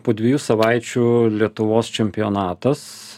po dviejų savaičių lietuvos čempionatas